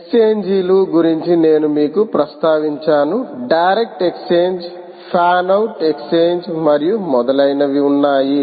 ఎక్స్ఛేంజీలు గురించి నేను మీకు ప్రస్తావించాను direct exchange fan out exchange మరియు మొదలైనవి ఉన్నాయి